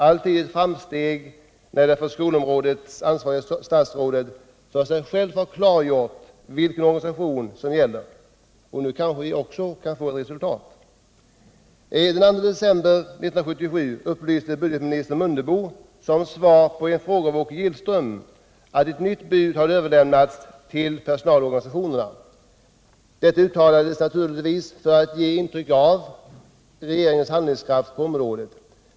Alltid ett framsteg när det för skolområdet ansvariga statsrådet för sig själv har klargjort vilken organisation som gäller! Nu kanske vi kan få resultat också! Den 2 december 1977 upplyste budgetminister Mundebo som svar på en fråga av Åke Gillström att ett nytt bud hade överlämnats till personalorganisationerna. Detta uttalades naturligtvis för att ge intryck av regeringens handlingskraft på området.